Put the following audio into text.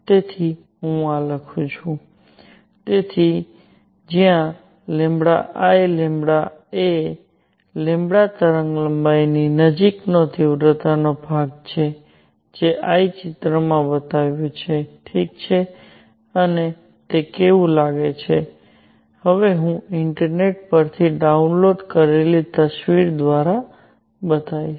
તેથી હું આ લખું છું તેથી જ્યાં I એ તરંગલંબાઈની નજીકનો તીવ્રતાનો ભાગ છે જે I ચિત્રમાં બતાવ્યું છે ઠીક છે અને તે કેવું લાગે છે હવે હું ઇન્ટરનેટ પરથી ડાઉનલોડ કરેલી તસવીર દ્વારા બતાવીશ